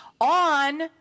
on